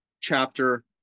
chapter